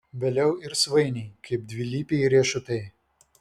vėliau ir svainiai kaip dvilypiai riešutai